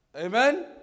Amen